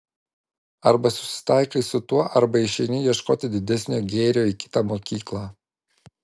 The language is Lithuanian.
arba susitaikai su tuo arba išeini ieškoti didesnio gėrio į kitą mokyklą